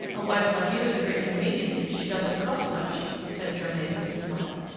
a wife like you is a great convenience she doesn't cost much, said germain, with a smile.